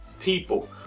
people